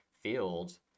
field